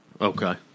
Okay